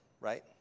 Right